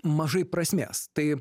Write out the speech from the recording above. mažai prasmės tai